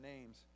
names